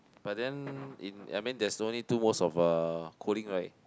but then in I mean there's only two modes of uh cooling right